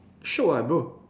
shiok ah bro